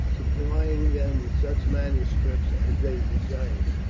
supplying them with such manuscripts as they desired,